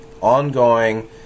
ongoing